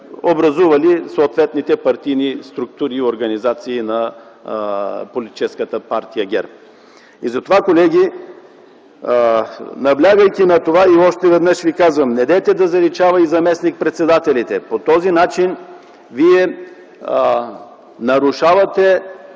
образували съответните партийни структури и организации на Политическа партия ГЕРБ. Затова колеги, наблягайки на това и още веднъж ви казвам – не заличавайте и заместник-председателите. По този начин вие нарушавате